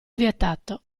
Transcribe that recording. vietato